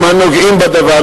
הנציגים הנוגעים בדבר,